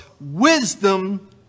Wisdom